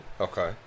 Okay